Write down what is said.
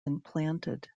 implanted